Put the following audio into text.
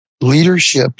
leadership